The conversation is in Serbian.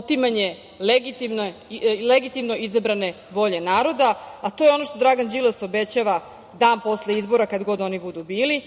otimanje legitimno izabrane volje naroda, a to je ono što Dragan Đilas obećava dan posle izbora, kada god oni budu bili